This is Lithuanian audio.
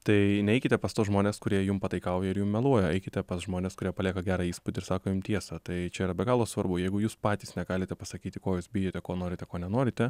tai neikite pas tuos žmones kurie jum pataikauja ir jum meluoja eikite pas žmones kurie palieka gerą įspūdį ir sako jum tiesą tai čia yra be galo svarbu jeigu jūs patys negalite pasakyti ko jūs bijote ko norite ko nenorite